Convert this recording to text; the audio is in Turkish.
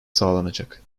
sağlanacak